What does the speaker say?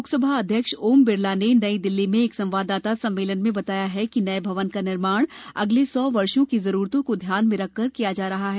लोकसभा अध्यक्ष ओम बिरला ने नई दिल्ली में एक संवाददाता सम्मेलन में बताया कि नए भवन का निर्माण अगले सौ वर्षो की जरूरतों को ध्यान में रखकर किया जा रहा है